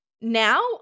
Now